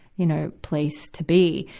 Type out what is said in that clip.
you know, place to be.